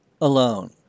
alone